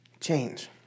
Change